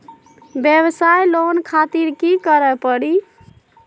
वयवसाय लोन खातिर की करे परी?